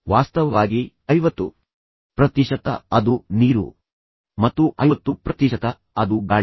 ವಾಸ್ತವವಾಗಿ ಐವತ್ತು ಪ್ರತಿಶತ ಅದು ನೀರು ಮತ್ತು ಐವತ್ತು ಪ್ರತಿಶತ ಅದು ಗಾಳಿ